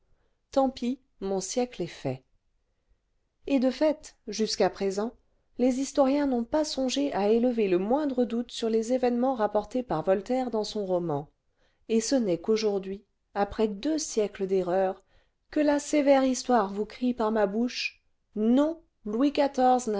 tant pis mon siècle est fait et de fait jusqu'à présentées historiens n'ont pas songé à élever le moindre doute sur les événements rapportés par voltaire dans son roman et ce n'est qu'aujourd'hui après deux siècles d'erreur que la sévère histoire vous crie par ma bouche non louis